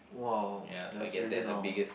!wow! that's really long